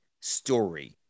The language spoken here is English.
story